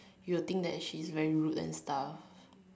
you would think that she's very rude and stuff